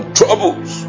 troubles